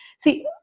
See